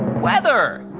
weather.